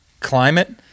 Climate